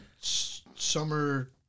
Summer